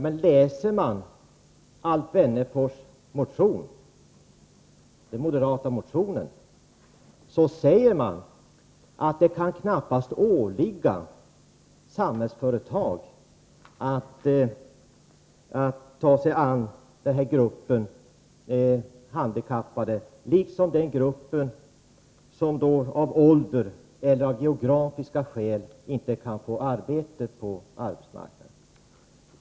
Men i Alf Wennerfors motion står det att det knappast kan åligga Samhällsföretag att ta sig an den här gruppen handikappade och inte heller den grupp som av ålder eller som av geografiska skäl inte kan få plats på arbetsmarknaden.